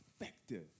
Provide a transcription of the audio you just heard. effective